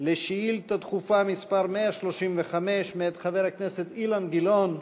על שאילתה דחופה מס' 135 מאת חבר הכנסת אילן גילאון.